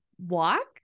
walk